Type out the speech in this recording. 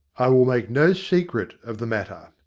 i will make no secret of the matter.